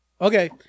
Okay